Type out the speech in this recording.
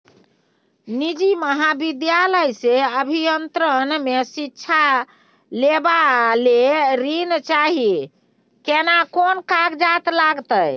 निजी महाविद्यालय से अभियंत्रण मे शिक्षा लेबा ले ऋण चाही केना कोन कागजात लागतै?